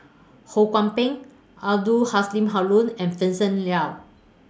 Ho Kwon Ping Abdul Haron and Vincent Leow